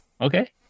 Okay